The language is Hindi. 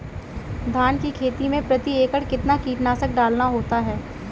धान की खेती में प्रति एकड़ कितना कीटनाशक डालना होता है?